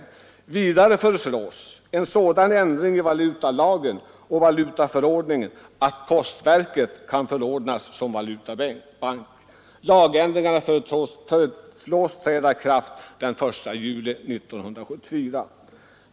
Vidare föreslås en sådan ändring i valutalagen och valutaförordningen att postverket kan förordnas som valutabank. Lagändringarna föreslås träda i kraft den 1 juli 1974.